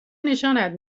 نشانت